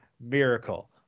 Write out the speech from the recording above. Miracle